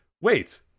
Wait